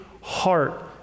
heart